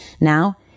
Now